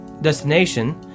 destination